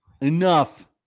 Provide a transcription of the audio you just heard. Enough